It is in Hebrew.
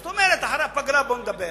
זאת אומרת אחרי הפגרה בואו נדבר.